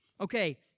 Okay